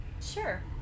Sure